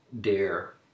dare